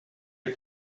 est